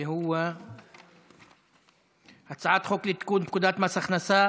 והוא הצעת חוק לתיקון פקודת מס הכנסה